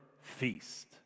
feast